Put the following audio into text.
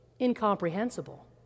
incomprehensible